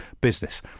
business